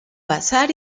bazar